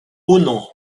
uno